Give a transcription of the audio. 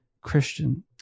Christian